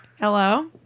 hello